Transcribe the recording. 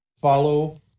follow